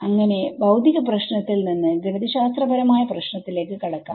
അങ്ങനെ ഭൌതിക പ്രശ്നത്തിൽ നിന്ന് ഗണിതശാസ്ത്രപരമായ പ്രശ്നത്തിലേക്ക് കടക്കാം